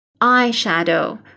Eyeshadow